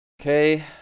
Okay